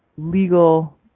legal